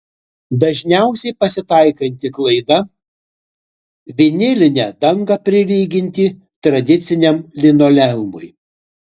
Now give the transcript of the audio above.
dažniausiai pasitaikanti klaida vinilinę dangą prilyginti tradiciniam linoleumui